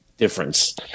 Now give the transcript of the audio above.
difference